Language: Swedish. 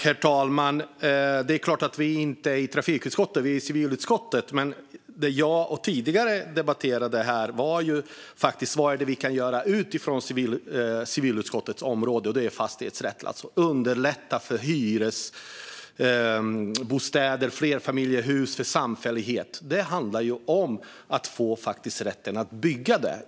Herr talman! Det är klart att det inte är trafikutskottet utan civilutskottet som debatterar, och det som jag tidigare framförde i debatten avsåg just vad vi kan göra på civilutskottets område gällande fastighetsrätt. Det handlar om att underlätta för hyresbostäder, flerfamiljshus och samfälligheter och om rätten att bygga.